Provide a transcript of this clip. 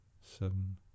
Seven